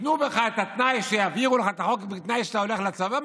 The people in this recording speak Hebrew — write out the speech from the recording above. התנו לך תנאי שיעבירו לך את החוק בתנאי שאתה הולך לצבא?